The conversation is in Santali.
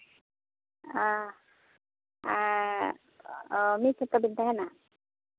ᱚ ᱢᱤᱫ ᱥᱟᱶᱛᱮ ᱵᱮᱱ ᱛᱟᱦᱮᱱᱟ